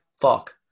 fuck